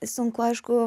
sunku aišku